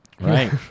Right